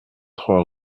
trois